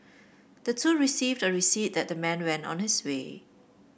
the two received a receipt that the man went on his way